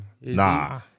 Nah